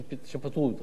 שפטרו,